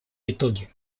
итоги